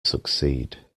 succeed